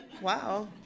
Wow